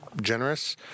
Generous